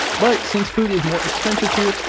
but since food is more expensive here,